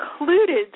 included